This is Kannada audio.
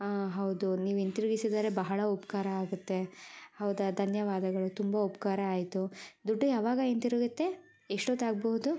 ಹಾಂ ಹೌದು ನೀವು ಹಿಂತಿರುಗಿಸಿದರೆ ಬಹಳ ಉಪಕಾರ ಆಗತ್ತೆ ಹೌದಾ ಧನ್ಯವಾದಗಳು ತುಂಬ ಉಪಕಾರ ಆಯಿತು ದುಡ್ಡು ಯಾವಾಗ ಹಿಂತಿರುಗುತ್ತೆ ಎಷ್ಟು ಹೊತ್ತು ಆಗಬಹುದು